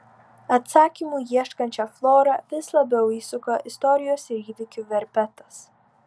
atsakymų ieškančią florą vis labiau įsuka istorijos ir įvykių verpetas